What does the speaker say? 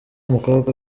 umukobwa